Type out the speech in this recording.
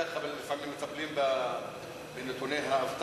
ככה לפעמים מטפלים בנתוני האבטלה,